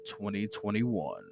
2021